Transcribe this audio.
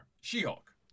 She-Hulk